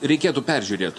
reikėtų peržiūrėt